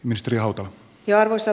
arvoisa puhemies